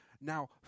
Now